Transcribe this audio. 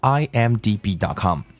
imdb.com